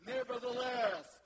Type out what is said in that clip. Nevertheless